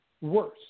worse